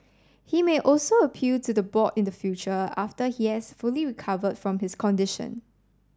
he may also appeal to the board in the future after he has fully recovered from his condition